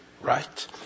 right